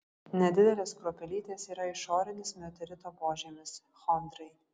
nedidelės kruopelytės yra išorinis meteorito požymis chondrai